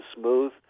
smooth